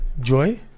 joy